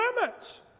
limits